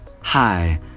Hi